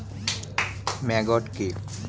Maggot কি?